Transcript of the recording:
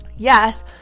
yes